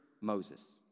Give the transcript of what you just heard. Moses